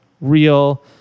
real